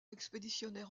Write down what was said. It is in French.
expéditionnaire